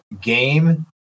game